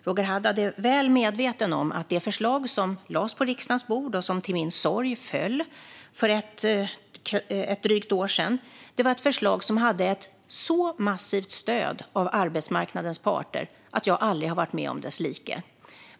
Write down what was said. Roger Haddad är mycket väl medveten om att det förslag som lades på riksdagens bord och som till min sorg föll för drygt ett år sedan var ett förslag som hade ett så massivt stöd av arbetsmarknadens parter att jag aldrig har varit med om dess like.